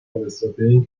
فرستادیم